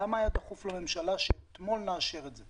למה היה דחוף לממשלה שאתמול נאשר את זה?